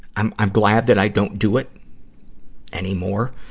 i'm i'm glad that i don't do it anymore.